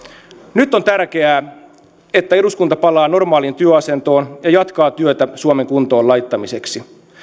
nyt on tärkeää että eduskunta palaa normaaliin työasentoon ja jatkaa työtä suomen kuntoon laittamiseksi